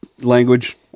language